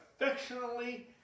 affectionately